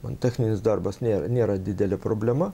man techninis darbas nėra nėra didelė problema